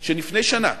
שלפני שנה,